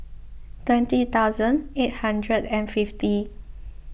twenty thousand eight hundred and fifty